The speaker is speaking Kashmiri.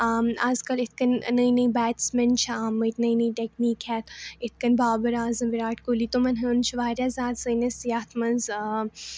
اَز کَل یِتھٕ کٔنۍ نٔے نٔے بیٹٕس میٚن چھِ آمٕتۍ نٔے نٔے ٹیٚکنیٖک ہٮ۪تھ یِتھٕ کٔنۍ بابر اعظم وِراٹھ کوہلی تِمَن ہٕنٛدۍ چھِ واریاہ زیادٕ سٲنِس یَتھ منٛز